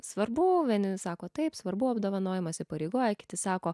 svarbu vieni sako taip svarbu apdovanojimas įpareigoja kiti sako